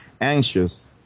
anxious